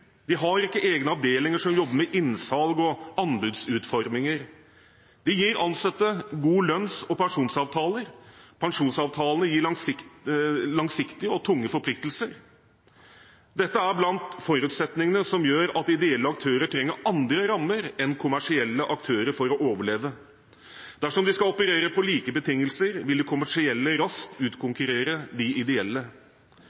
har ikke egne avdelinger som jobber med innsalg og anbudsutforming. De gir ansatte gode lønns- og pensjonsavtaler, og pensjonsavtalene gir langsiktige og tunge forpliktelser. Dette er blant forutsetningene som gjør at ideelle aktører trenger andre rammer enn kommersielle aktører for å overleve. Dersom de skal operere på like betingelser, vil de kommersielle raskt